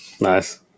Nice